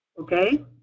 Okay